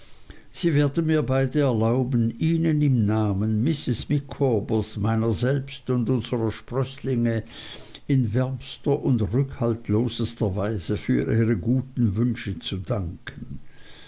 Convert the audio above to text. sie werden mir beide erlauben ihnen im namen mrs micawbers meiner selbst und unserer sprößlinge in wärmster und rückhaltlosester weise für ihre guten wünsche zu danken